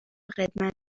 قدمت